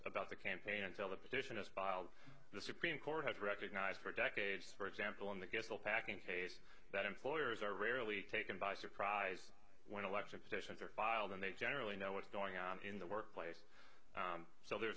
about the campaign until the petition is filed the supreme court has recognized for decades for example in the ghetto packing case that employers are rarely taken by surprise when election stations are filed and they generally know what's going on in the workplace so there's